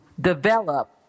develop